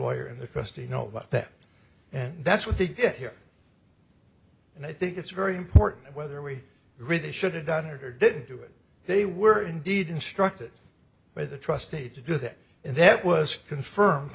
lawyer in their custody know about that and that's what they did here and i think it's very important whether really should have done or didn't do it they were indeed instructed by the trust aide to do that and that was confirmed